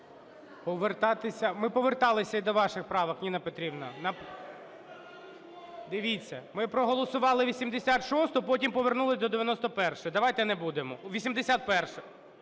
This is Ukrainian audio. Ми поверталися і до ваших правок, Ніна Петрівна. Дивіться, ми проголосували 86-у, потім повернулись до 91-ї. Давайте не будемо! 81-ї.